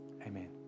Amen